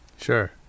Sure